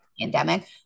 Pandemic